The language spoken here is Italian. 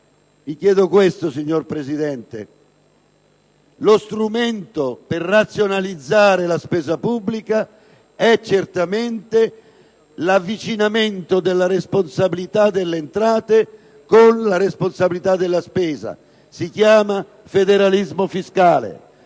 Vi chiedo questo. Lo strumento per razionalizzare la spesa pubblica è certamente l'avvicinamento della responsabilità delle entrate alla responsabilità della spesa. Si chiama federalismo fiscale.